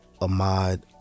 Ahmad